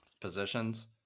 positions